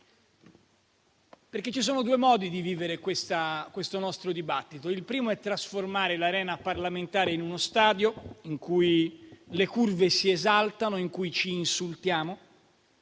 perché ci sono due modi di vivere questo nostro dibattito: il primo è trasformare l'arena parlamentare in uno stadio, in cui le curve si esaltano e ci insultiamo;